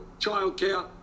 childcare